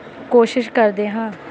ਕੋਸ਼ਿਸ਼ ਕਰਦੇ ਹਾਂ